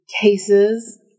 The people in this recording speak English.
Cases